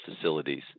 facilities